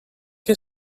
que